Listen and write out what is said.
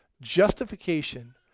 Justification